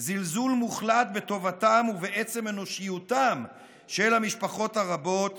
זלזול מוחלט בטובתם ובעצם אנושיותן של המשפחות הרבות